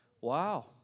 wow